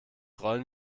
rollen